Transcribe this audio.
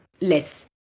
less